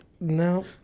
No